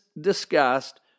discussed